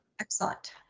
Excellent